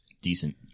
Decent